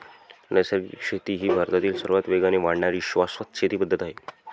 नैसर्गिक शेती ही भारतातील सर्वात वेगाने वाढणारी शाश्वत शेती पद्धत आहे